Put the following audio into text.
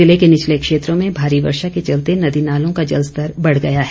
जिले के निचले क्षेत्रों में भारी वर्षा के चलते नदी नालों का जलस्तर बढ़ गया है